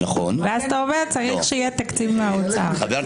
ואז אתה אומר שצריך שיהיה תקציב מהאוצר,